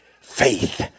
faith